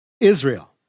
Israel